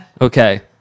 okay